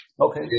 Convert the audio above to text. Okay